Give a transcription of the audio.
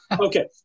Okay